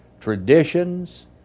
traditions